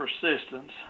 persistence